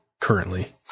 currently